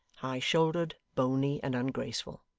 high-shouldered, bony, and ungraceful.